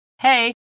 Hey